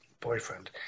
boyfriend